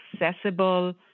accessible